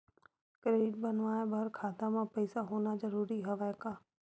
Credit बनवाय बर खाता म पईसा होना जरूरी हवय का?